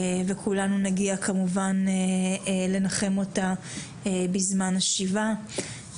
וכולנו נגיע כמובן לנחם אותה בזמן ה'שבעה',